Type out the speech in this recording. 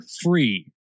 free